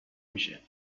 میشه